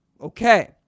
okay